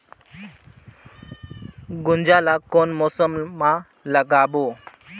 गुनजा ला कोन मौसम मा लगाबो?